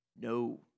No